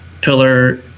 pillar